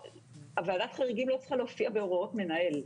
ועדת חריגים לא צריכה להופיע בהוראות מנהל.